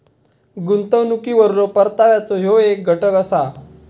गुंतवणुकीवरलो परताव्याचो ह्यो येक घटक असा